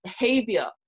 behavior